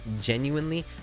genuinely